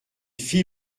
fit